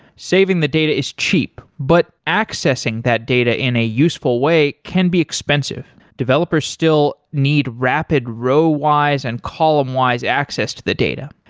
saving the data is cheap, but accessing that data in a useful way can be expensive. developers still need rapid row-wise and column-wise access to the data.